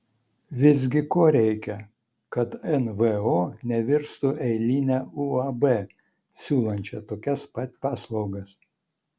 visgi ko reikia kad nvo nevirstų eiline uab siūlančia tokias pat paslaugas